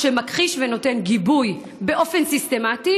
שמכחיש ונותן גיבוי לשוטרים באופן סיסטמטי